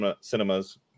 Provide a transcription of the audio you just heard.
Cinemas